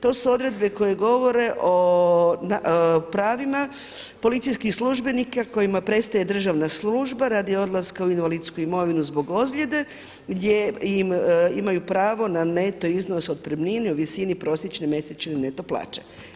To su odredbe koje govore o pravima policijskih službenika kojima prestaje državna služba radi odlaska u invalidsku mirovinu zbog ozljede gdje imaju pravo na neto iznos otpremnine u visini prosječne mjesečne neto plaće.